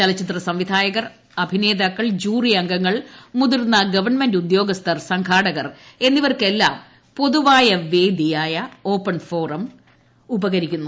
ചലച്ചിത്രസംവിധായകർ അഭിനേതാക്കൾ ജൂറി അംഗങ്ങൾ മുതിർന്ന ഗവൺമെന്റ് ഉദ്യോഗസ്ഥർ സംഘാടകർ എന്നിവർക്കെല്ലാം പൊതുവായ വേദി ഓപ്പൺ ഫോറം നൽകുന്നു